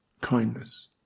kindness